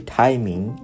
timing